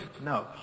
No